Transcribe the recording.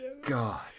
God